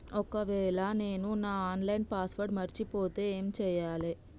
ఒకవేళ నేను నా ఆన్ లైన్ పాస్వర్డ్ మర్చిపోతే ఏం చేయాలే?